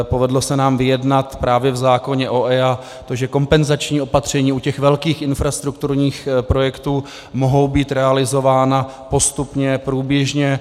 Povedlo se nám vyjednat právě v zákoně o EIA to, že kompenzační opatření u těch velkých infrastrukturních projektů mohou být realizována postupně, průběžně.